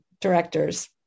directors